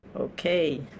Okay